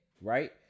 right